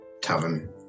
tavern